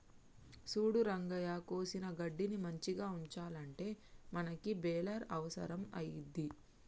సూడు రంగయ్య కోసిన గడ్డిని మంచిగ ఉంచాలంటే మనకి బెలర్ అవుసరం అయింది